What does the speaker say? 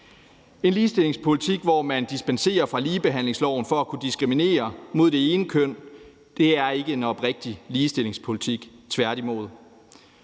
en ligestillingspolitik, hvor man dispenserer fra ligebehandlingsloven for at kunne diskriminere mod det ene køn, er ikke en oprigtig ligestillingspolitik, tværtimod.